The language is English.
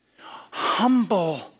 Humble